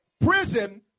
Prison